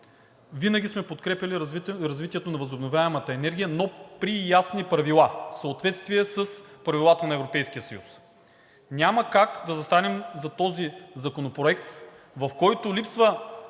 винаги сме подкрепяли развитието на възобновяемата енергия, но при ясни правила, в съответствие с правилата на Европейския съюз. Няма как да застанем зад този законопроект, в който липсва